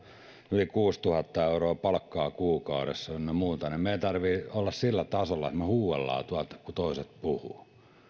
yli kuusituhatta euroa palkkaa kuukaudessa ynnä muuta ja meidän tarvitsee olla sillä tasolla että me huutelemme tuolta kun toiset